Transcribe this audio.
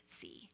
see